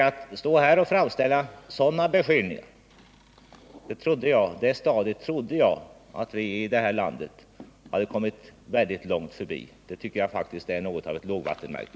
Att framställa sådana beskyllningar trodde jag var ett stadium som vi i det här landet för länge sedan passerat. Det anser jag vara något av ett lågvattenmärke.